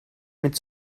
mit